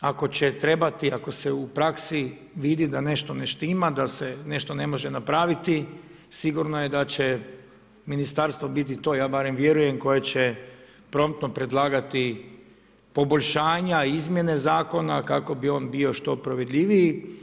Ako će trebati, ako se u praksi vidi da nešto ne štima, da se nešto ne može napraviti sigurno je da će ministarstvo biti to ja barem vjerujem koje će promptno predlagati poboljšanja, izmjene zakona kako bi on bio što provedljiviji.